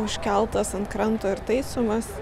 užkeltas ant kranto ir taisomas